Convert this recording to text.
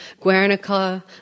Guernica